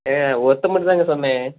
ஏங்க ஒருத்தன் மட்டும்தாங்க சொன்னேன்